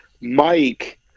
Mike